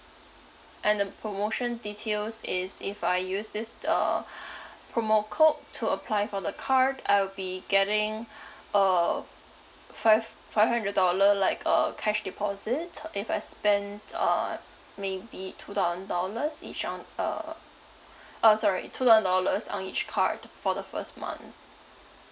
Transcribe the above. and the promotion details is if I use this uh promo code to apply for the card I will be getting uh five five hundred dollar like uh cash deposit if I spend uh maybe two thousand dollars each on uh orh sorry two thousand dollars on each card for the first month